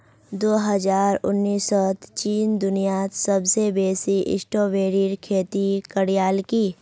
दो हजार उन्नीसत चीन दुनियात सबसे बेसी स्ट्रॉबेरीर खेती करयालकी